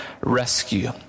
rescue